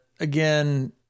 Again